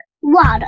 Water